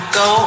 go